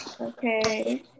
Okay